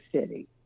city